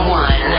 one